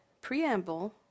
preamble